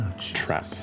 trap